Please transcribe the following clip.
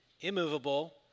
immovable